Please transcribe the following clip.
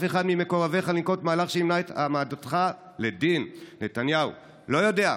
אחד ממקורבייך לנקוט מהלך שימנע את העמדתך לדין?" נתניהו: "לא יודע.